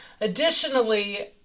additionally